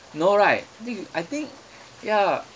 no right think I think ya